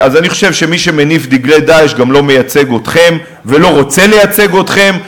אני חושב שמי שמניף דגלי "דאעש" גם לא מייצג אתכם ולא רוצה לייצג אתכם,